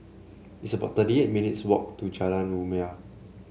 it's about thirty eight minutes' walk to Jalan Rumia